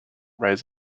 rise